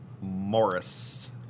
Morris